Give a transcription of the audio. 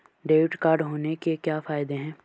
Debit card होने के क्या फायदे हैं?